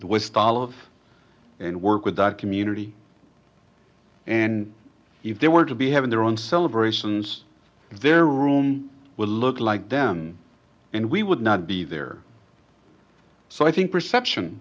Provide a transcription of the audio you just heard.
the west style of and work with that community and if they were to be having their own celebrations their room would look like them and we would not be there so i think perception